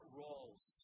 roles